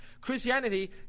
Christianity